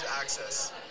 access